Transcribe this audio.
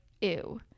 ew